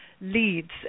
leads